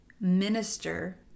minister